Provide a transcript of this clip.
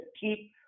keep